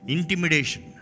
Intimidation